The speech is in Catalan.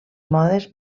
modes